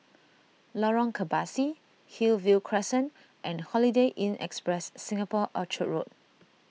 Lorong Kebasi Hillview Crescent and Holiday Inn Express Singapore Orchard Road